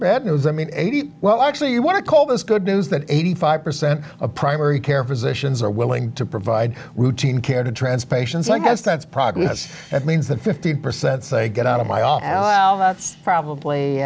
bad news i mean well actually you want to call this good news that eighty five percent of primary care physicians are willing to provide routine care to transportations i guess that's progress that means that fifty percent say get out of my office probably